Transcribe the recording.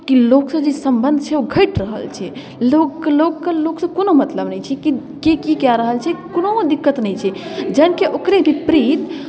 कि लोकसँ जे सम्बन्ध छै ओ घटि रहल छै लोक लोककेँ लोकसँ कोनो मतलब नहि छै किएकि के की कए रहल छै कोनो दिक्कत नहि छै जखनकि ओकरे विपरीत